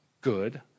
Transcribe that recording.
good